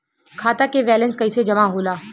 खाता के वैंलेस कइसे जमा होला?